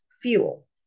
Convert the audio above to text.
fuel